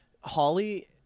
Holly